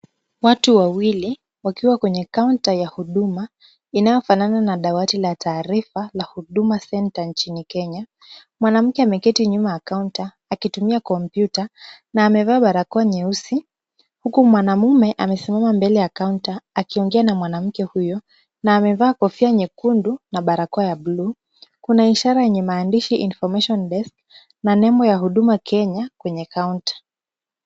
Watu wawili wakiwa kwenye kaunta ya huduma inayofanana na dawati la taarifa la Huduma Center nchini Kenya. Mwanamke ameketi nyuma ya kaunta akitumia kompyuta na amevaa barakoa nyeusi huku mwanamume amesimama mbele ya kaunta akiongea na mwanamke huyo na amevaa kofia nyekundu na barakoa ya blue . Kuna ishara yenye maandishi Information desk na nembo ya Huduma Kenya kwenye kaunta.